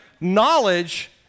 knowledge